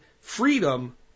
freedom